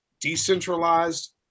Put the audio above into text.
decentralized